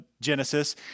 Genesis